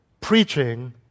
Preaching